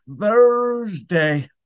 Thursday